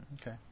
Okay